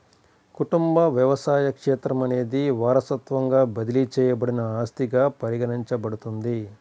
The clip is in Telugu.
కుటుంబ వ్యవసాయ క్షేత్రం అనేది వారసత్వంగా బదిలీ చేయబడిన ఆస్తిగా పరిగణించబడుతుంది